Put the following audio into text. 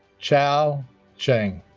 chao cheng